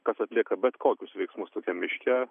kas atlieka bet kokius veiksmus tokiam miške